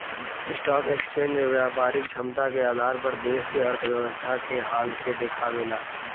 stock exchange व्यापारिक क्षमता के आधार पर देश के अर्थव्यवस्था के हाल के देखावेला